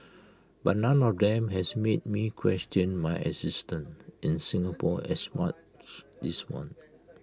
but none of them has made me question my existence in Singapore as much this one